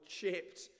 chipped